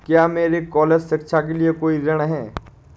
क्या मेरे कॉलेज शिक्षा के लिए कोई ऋण है?